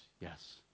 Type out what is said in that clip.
yes